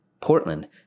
Portland